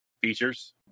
features